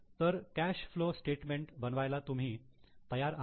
तर cash flow statements बनवायला तुम्ही तुम्ही तयार आहात ना